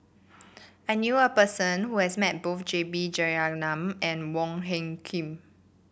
I knew a person who has met both J B Jeyaretnam and Wong Hung Khim